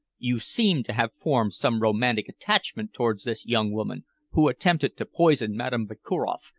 you seem to have formed some romantic attachment towards this young woman who attempted to poison madame vakuroff,